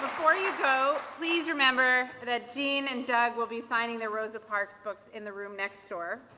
before you go, please remember that jeanne and doug will be signing their rosa parks books in the room next door.